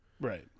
Right